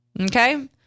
okay